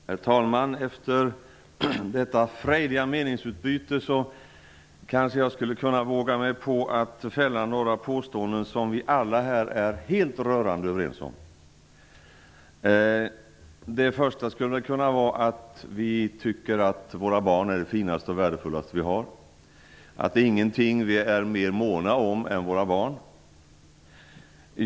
Herr talman! Efter detta frejdiga meningsutbyte kanske jag skulle våga mig på att göra några påståenden som vi alla är rörande överens om. Det första skulle kunna vara att vi tycker att våra barn är det finaste och värdefullaste vi har och att det inte finns någonting vi är mer måna om än våra barn.